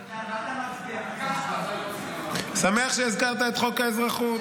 אני שמח שהזכרת את חוק האזרחות.